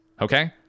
okay